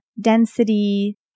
density